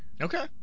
okay